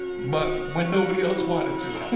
but when nobody else wanted to.